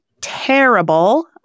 terrible